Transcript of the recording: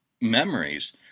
memories